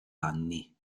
anni